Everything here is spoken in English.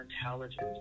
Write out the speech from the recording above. intelligence